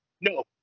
No